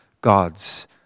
God's